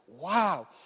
wow